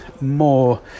more